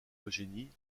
eugénie